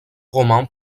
romans